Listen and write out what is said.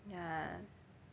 ya